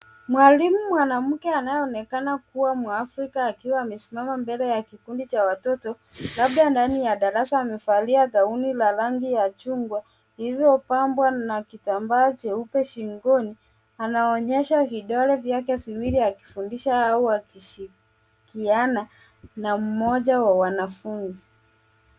Mwalimu mwanamke anayeonekana kuwa mwafrika akiwa amesimama mbele ya kikundi cha watoto, labda ndani ya darasa, amevalia gauni la rangi ya chungwa lililopambwa na kitambaa cheupe shingoni. Anaonyesha vidole vyake viwili akifundisha au akishirikiana na mmoja wa wanafunzi.